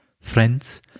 Friends